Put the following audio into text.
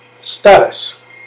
Status